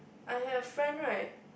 I have friend right